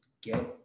get